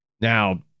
Now